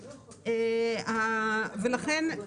ולכן,